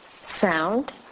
sound